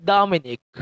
Dominic